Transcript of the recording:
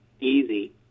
easy